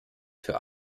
für